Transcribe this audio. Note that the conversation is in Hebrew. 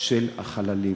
של החללים.